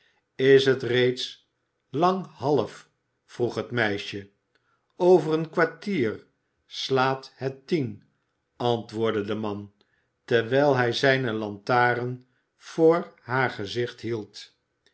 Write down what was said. is het reeds lang half vroeg het meisje over een kwartier slaat het tien antwoordde de man terwijl hij zijne lantaren voor haar gezicht hield